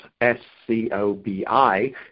S-C-O-B-I